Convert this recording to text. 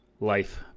life-